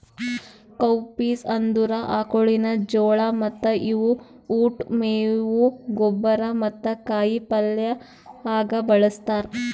cowpeas ಅಂದುರ್ ಆಕುಳಿನ ಜೋಳ ಮತ್ತ ಇವು ಉಟ್, ಮೇವು, ಗೊಬ್ಬರ ಮತ್ತ ಕಾಯಿ ಪಲ್ಯ ಆಗ ಬಳ್ಸತಾರ್